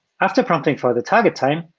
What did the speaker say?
after prompting for the target time,